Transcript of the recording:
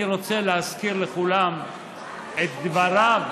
אני רוצה להזכיר לכולם את דבריו,